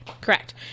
correct